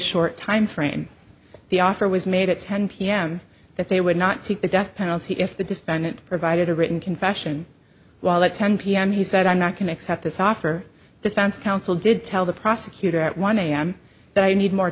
short time frame the offer was made at ten pm that they would not seek the death penalty if the defendant provided a written confession while at ten pm he said i'm not going except this offer defense counsel did tell the prosecutor at one am that i need more